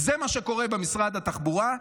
זה מה שקורה במשרד התחבורה.